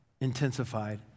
intensified